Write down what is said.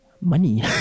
Money